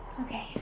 Okay